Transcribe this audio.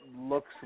looks